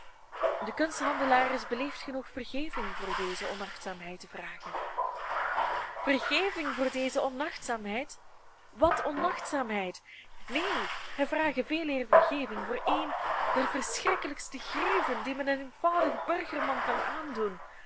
de kunsthandelaar is beleefd genoeg vergeving voor deze onachtzaamheid te vragen vergeving voor deze onachtzaamheid wat onachtzaamheid neen hij vrage veeleer vergeving voor een der verschrikkelijkste grieven die men een eenvoudig burgerman kan aandoen